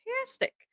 fantastic